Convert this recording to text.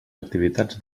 activitats